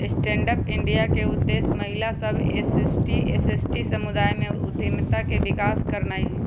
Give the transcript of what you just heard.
stand up India के उद्देश्य महिला सभ, एस.सी एवं एस.टी समुदाय में उद्यमिता के विकास करनाइ हइ